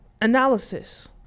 analysis